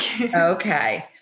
Okay